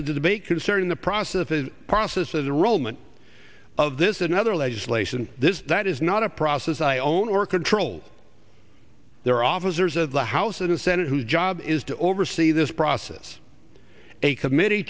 the debate concerning the process the process of the roman of this another legislation that is not a process i own or control their officers of the house and senate whose job is to oversee this process a committee